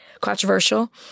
controversial